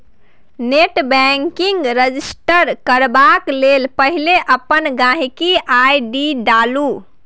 net banking register करबाक लेल पहिने अपन गांहिकी आइ.डी डालु